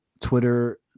twitter